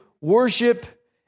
worship